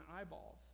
eyeballs